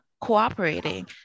cooperating